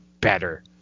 better